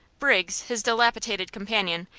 briggs, his dilapidated companion,